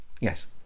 yes